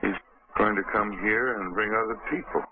he's going to come here and bring other people